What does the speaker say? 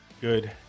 good